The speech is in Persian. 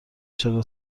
چرا